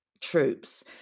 troops